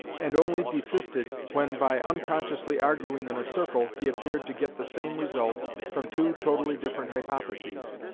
and only desisted when by unconsciously arguing in a circle he appeared to get the same result from two totally different hypotheses.